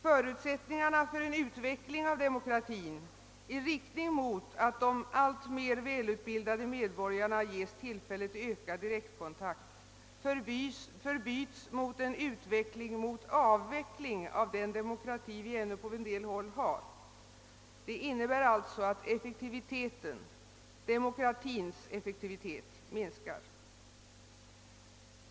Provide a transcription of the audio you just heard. Förutsättningarna för en utveckling av demokratin i riktning mot att de alltmer välutbildade medborgarna ges tillfälle till ökad direktkontakt förbyts i en utveckling mot avveckling av den demokrati som ännu på en del håll finns kvar. Det innebär att demokratins effektivitet minskar.